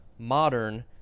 Modern